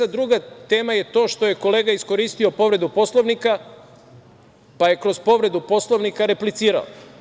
Druga tema je to što je kolega iskoristio povredu Poslovnika, pa je kroz povredu Poslovnika replicirao.